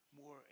more